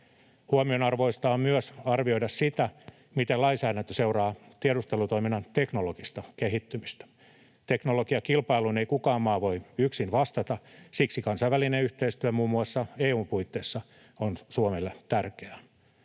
Huomion arvoista on myös arvioida sitä, miten lainsäädäntö seuraa tiedustelutoiminnan teknologista kehittymistä. Teknologiakilpailuun ei kukaan maa voi yksin vastata. Siksi kansainvälinen yhteistyö muun muassa EU:n puitteissa on Suomelle tärkeää.